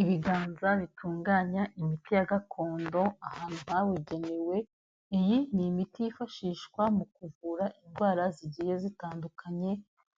Ibiganza bitunganya imiti ya gakondo ahantu habugenewe, iyi ni imiti yifashishwa mu kuvura indwara zigiye zitandukanye